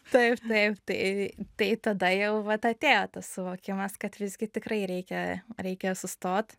taip taip tai tai tada jau vat atėjo tas suvokimas kad visgi tikrai reikia reikia sustot